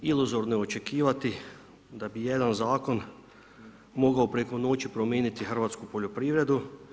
Iluzorno je očekivati da bi jedan Zakon mogao preko noći promijeni hrvatsku poljoprivredu.